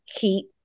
heat